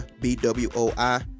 B-W-O-I